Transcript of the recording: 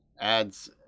adds